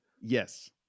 yes